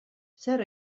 zer